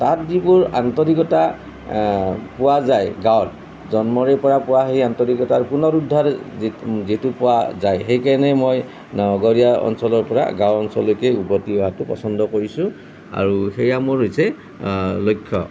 তাত যিবোৰ আন্তৰিকতা পোৱা যায় গাঁৱত জন্মৰে পৰা পোৱা সেই আন্তৰিকতাৰ পুনৰোদ্ধাৰ যিটো পোৱা যায় সেই কাৰণে মই নগৰীয়া অঞ্চলৰ পৰা গাঁও অঞ্চললৈকে উভটি অহাটো পচন্দ কৰিছোঁ আৰু সেইয়া মোৰ হৈছে লক্ষ্য